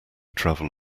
travel